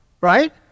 right